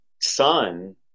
son